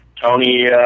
Tony